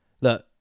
look